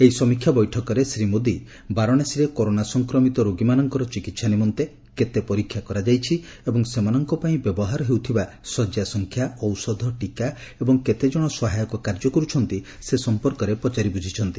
ଏହି ସମୀକ୍ଷା ବୈଠକରେ ଶ୍ରୀ ମୋଦି ବାରାଣସୀରେ କରୋନା ସଂକ୍ରମିତ ରୋଗୀମାନଙ୍କର ଚିକିତ୍ସା ନିମନ୍ତେ କେତେ ପରୀକ୍ଷା କରାଯାଇଛି ଏବଂ ସେମାନଙ୍କ ପାଇଁ ବ୍ୟବହାର ହେଉଥିବା ଶଯ୍ୟା ସଂଖ୍ୟା ଔଷଧ ଟିକା ଏବଂ କେତେ ଜଣ ସହାୟକ କାର୍ଯ୍ୟ କରୁଛନ୍ତି ସେ ସମ୍ପର୍କରେ ପ୍ରଚାରି ବୁଝିଛନ୍ତି